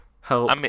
help